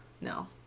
No